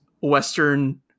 Western